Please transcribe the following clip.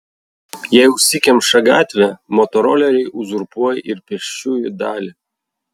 jei užsikemša gatvė motoroleriai uzurpuoja ir pėsčiųjų dalį